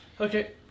Okay